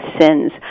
sins